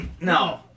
No